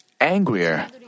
Angrier